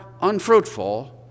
unfruitful